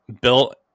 built